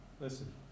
listen